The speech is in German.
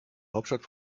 hauptstadt